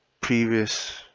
previous